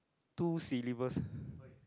two syllabus